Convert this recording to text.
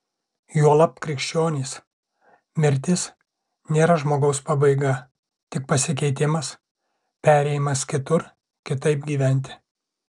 juolab krikščionys mirtis nėra žmogaus pabaiga tik pasikeitimas perėjimas kitur kitaip gyventi